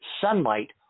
sunlight